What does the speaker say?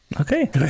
Okay